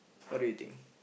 what do you think